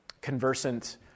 conversant